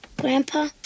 Grandpa